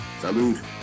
Salud